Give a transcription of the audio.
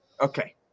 Okay